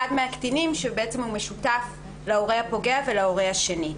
מהקטינים שמשותף להורה הפוגע ולהורה השני.